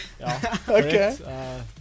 Okay